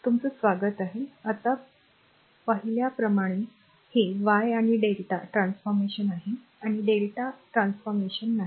तुमचं स्वागत आत्ता पाहिल्याप्रमाणे हे Y lrmΔवाय डेल्टा ट्रान्सफॉर्मेशन आहे आणि डेल्टा ट्रान्सफॉर्मेशन नाही